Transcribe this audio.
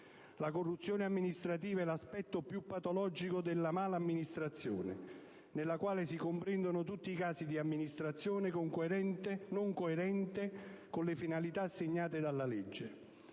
La corruzione amministrativa è l'aspetto più patologico della mala amministrazione, nella quale si comprendono tutti i casi di amministrazione non coerente con le finalità assegnate dalla legge.